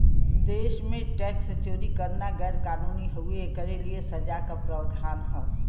देश में टैक्स चोरी करना गैर कानूनी हउवे, एकरे लिए सजा क प्रावधान हौ